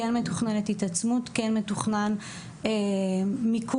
כן מתוכננת התעצמות, כן מתוכנן מיקוד